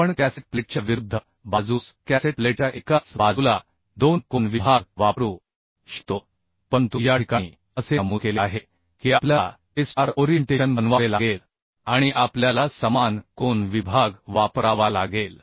आपण कॅसेट प्लेटच्या विरुद्ध बाजूस कॅसेट प्लेटच्या एकाच बाजूला दोन कोन विभाग वापरू शकतो परंतु या ठिकाणी असे नमूद केले आहे की आपल्याला ते स्टार ओरिएंटेशन बनवावे लागेल आणि आपल्याला समान कोन विभाग वापरावा लागेल